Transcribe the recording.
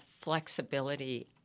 flexibility